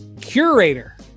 curator